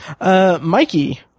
Mikey